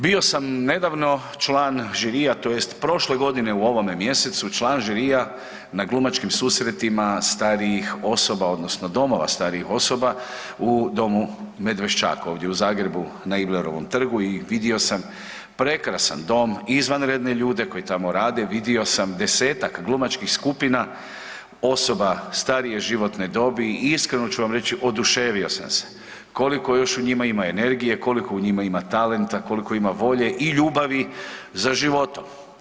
Bio sam nedavno član žirija tj. prošle godine u ovome mjesecu, član žirija na glumačkim susretima starijih osoba odnosno domova starijih osoba u Domu Medvešćak ovdje u Zagrebu na Iblerovom trgu i vidio sam prekrasan dom i izvanredne ljude koji tamo rade, vidio sam 10-tak glumačkih skupina, osoba starije životne dobi i iskreno ću vam reći, oduševio sam se koliko još u njima ima energije, koliko u njima ima talenta, koliko ima volje i ljubavi za životom.